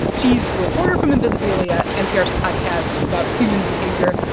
she's a reporter from invisibilia, npr's podcast about human behavior.